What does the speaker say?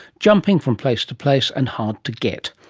jumping from place to place, and hard to get.